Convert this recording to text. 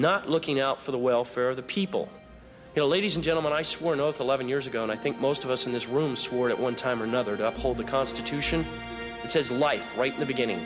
not looking out for the welfare of the people here ladies and gentlemen i swore an oath eleven years ago and i think most of us in this room swore at one time or another to uphold the constitution says life right the beginning